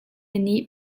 nih